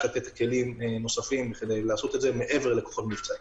כלים נוספים כדי לעשות את זה מעבר לכוחות מבצעיים.